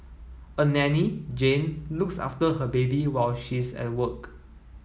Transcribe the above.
a Danny Jane looks after her baby while she is at work